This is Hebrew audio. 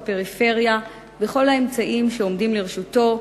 של הפריפריה בכל האמצעים שעומדים לרשותו.